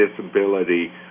disability